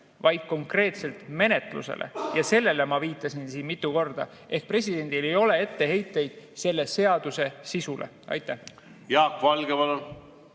vaid konkreetselt menetlusele. Sellele ma viitasin siin mitu korda. Ehk presidendil ei ole etteheiteid selle seaduse sisule. Aitäh, lugupeetud